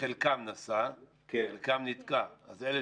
חלקם נסע, חלקם נתקע, אז אלה